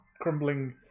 crumbling